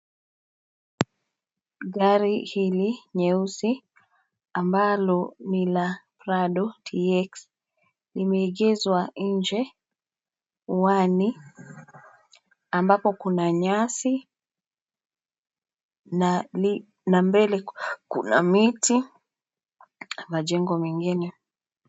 Gari hili nyeusi, ambalo ni la Prado TX, limeegezwa nje, uani, ambapo kuna nyasi, na mbele kuna miti, na majengo mengine.